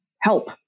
help